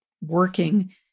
working